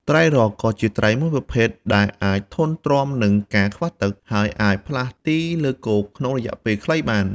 ត្រីរស់ក៏ជាត្រីមួយប្រភេទដែលអាចធន់ទ្រាំនឹងការខ្វះទឹក ហើយអាចផ្លាស់ទីលើគោកក្នុងរយៈពេលខ្លីបាន។